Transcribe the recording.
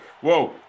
whoa